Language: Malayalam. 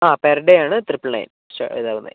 ആ പെർ ഡേ ആണ് ത്രിപ്പിൾ നയൻ സ്റ്റാ ഇതാവുന്നേ